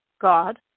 God